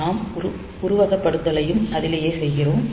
நாம் உருவகப்படுத்துதலையும் அதிலேயே செய்கிறோம்